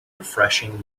refreshing